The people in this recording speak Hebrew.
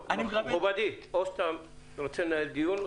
מכובדי, אתה רוצה לנהל דיון?